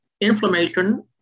Inflammation